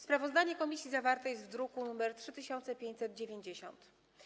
Sprawozdanie komisji zawarte jest w druku nr 3590.